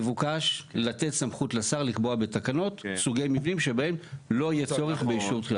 מבוקש לתת סמכות לשר לקבוע בתקנות סוגי מקרים שבהם לא יהיה צורך באישור.